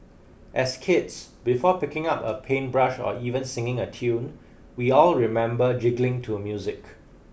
as kids before picking up a paintbrush or even singing a tune we all remember jiggling to music